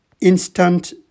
instant